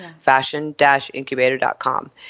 fashion-incubator.com